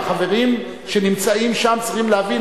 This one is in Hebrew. והחברים שנמצאים שם צריכים להבין,